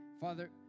Father